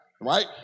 right